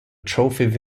trophy